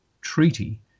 treaty